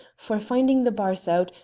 for, finding the bars out,